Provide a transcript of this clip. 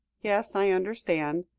yes, i understand,